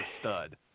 stud